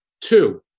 Two